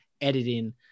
editing